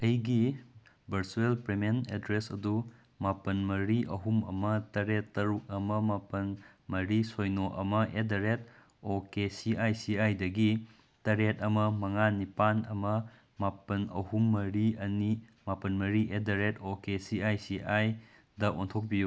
ꯑꯩꯒꯤ virtual payment address ꯑꯗꯨ ꯃꯥꯄꯟ ꯃꯔꯤ ꯑꯍꯨꯝ ꯑꯃ ꯇꯔꯦꯠ ꯇꯔꯨꯛ ꯑꯃ ꯃꯥꯄꯟ ꯃꯔꯤ ꯁꯣꯏꯅꯣ ꯑꯃ at the rate O K C I C ꯑꯥꯏꯗꯒꯤ ꯇꯔꯦꯠ ꯑꯃ ꯃꯉꯥ ꯅꯤꯄꯥꯟ ꯑꯃ ꯃꯥꯄꯟ ꯑꯍꯨꯝ ꯃꯔꯤ ꯑꯅꯤ ꯃꯥꯄꯟ ꯃꯔꯤ at the rate O K C I C I ꯗ ꯑꯣꯟꯊꯣꯛꯄꯤꯌꯨ